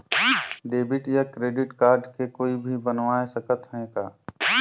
Debit या credit card के कोई भी बनवाय सकत है का?